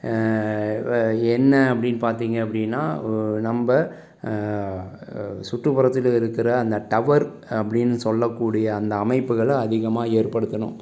என்ன அப்படின்னு பார்த்தீங்க அப்படின்னா நம்ம சுற்றுப்புறத்தில் இருக்கிற அந்த டவர் அப்படின்னு சொல்லக்கூடிய அந்த அமைப்புகளை அதிகமாக ஏற்படுத்தணும்